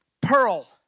Pearl